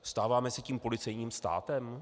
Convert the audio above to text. Stáváme se tím policejním státem?